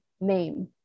name